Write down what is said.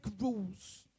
rules